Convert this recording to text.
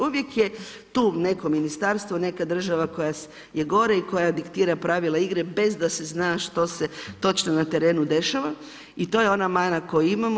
Uvijek je tu neko ministarstvo, neka država koja je gore i koja diktira pravila igre bez da se zna što se točno na terenu dešava i to je ona mana koju imamo.